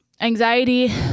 anxiety